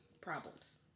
Problems